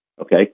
okay